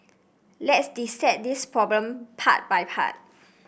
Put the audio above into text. let's dissect this problem part by part